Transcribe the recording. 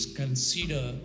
consider